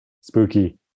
spooky